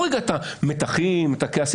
ואמרו שמבחינה חוקית אי אפשר לעשות את זה.